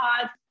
pods